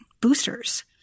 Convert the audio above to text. boosters